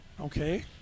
Okay